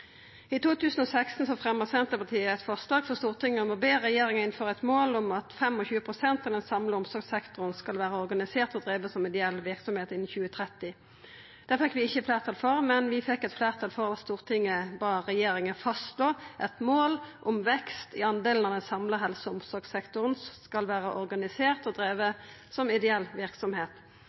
I 2016 fremja Senterpartiet eit forslag for Stortinget om å be regjeringa «innføre et mål om at 25 prosent av den samlede omsorgssektoren skal være organisert og drevet som ideell virksomhet innen 2030». Det fekk vi ikkje fleirtal for, men vi fekk fleirtal for at Stortinget bad «regjeringen fastslå et mål om vekst i andelen av den samlede helse- og omsorgssektoren som skal være organisert og drevet som ideell virksomhet,